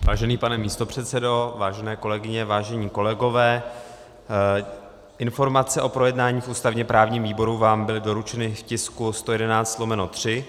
Vážený pane místopředsedo, vážené kolegyně, vážení kolegové, informace o projednání v ústavněprávním výboru vám byly doručeny v tisku 111/3.